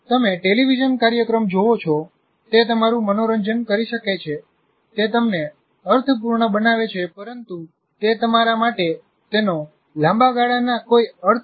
તમે ટેલિવિઝન કાર્યક્રમ જોવો છો તે તમારું મનોરંજન કરી શકે છે તે તમને અર્થપૂર્ણ બનાવે છે પરંતુ તે તમારા માટે તેનો લાંબા ગાળાના કોઈ અર્થ નથી